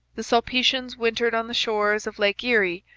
the sulpicians wintered on the shores of lake erie,